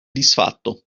disfatto